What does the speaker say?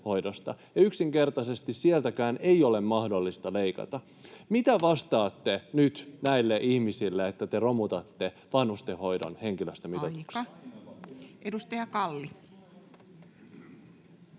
yksinkertaisesti sieltäkään ei ole mahdollista leikata. Mitä vastaatte nyt näille ihmisille siitä, että te romutatte vanhustenhoidon henkilöstömitoituksen? [Puhemies: